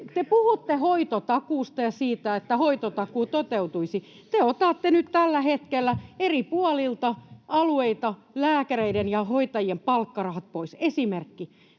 puhutte hoitotakuusta ja siitä, että hoitotakuu toteutuisi. Te otatte nyt tällä hetkellä eri puolilta alueita lääkäreiden ja hoitajien palkkarahat pois. Esimerkki: